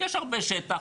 יש הרבה שטח,